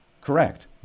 correct